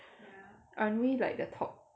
aren't we like the top